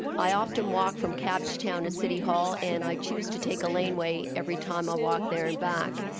um i often walk from couchtown to city hall and i choose to take a lane way every time i walk there and back.